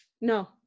no